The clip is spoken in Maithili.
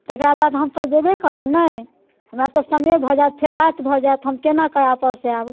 तकरा बाद हम तऽ जेबे करब नहि हमरा तऽ समय भऽ जाएत फेर राति भऽ जाएत हम कोनाकऽ आपस आएब